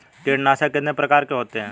कीटनाशक कितने प्रकार के होते हैं?